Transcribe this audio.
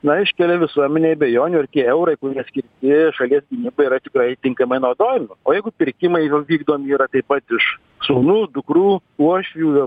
na iškelia visuomenei abejonių ar tie eurai kurie skirti šalies gynybai yra tikrai tinkamai naudojami o jeigu pirkimai yra vykdomi yra taip pat iš sūnų dukrų uošvių